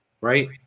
right